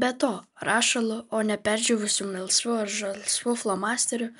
be to rašalu o ne perdžiūvusiu melsvu ar žalsvu flomasteriu